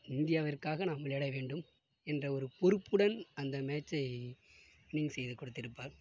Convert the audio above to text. இந்தியாவிற்க்காக நான் விளையாட வேண்டும் என்ற ஒரு பொறுப்புடன் அந்த மேட்சை வின்னிங் செய்து கொடுத்திருப்பார்